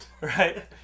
right